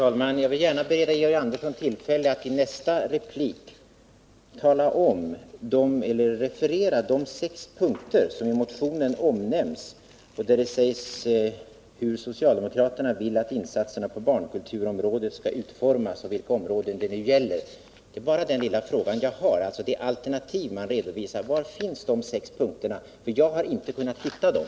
Herr talman! Jag vill gärna bereda Georg Andersson tillfälle att i nästa replik referera de sex punkter som i motionen omnämns och där det sägs hur socialdemokraterna vill att insatserna på barnkulturområdet skall utformas och vilka områden det nu gäller. Det är bara den lilla frågan jag har. Jag vill få uppgift om det alternativ man redovisar. Var finns de sex punkterna? Jag har inte kunnat hitta dem.